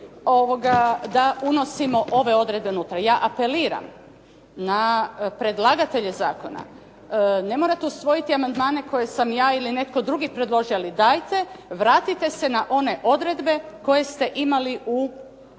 da unosimo ove odredbe unutra. Ja apeliram na predlagatelje zakona. Ne morate usvojiti amandmane koje sam ja ili netko drugi predložio, ali dajte vratite se na one odredbe koje ste imali u